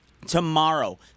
Tomorrow